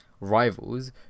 rivals